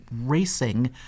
racing